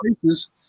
places